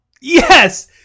Yes